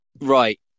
right